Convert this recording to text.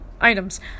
items